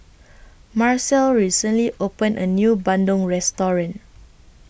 Marcelle recently opened A New Bandung Restaurant